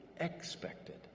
expected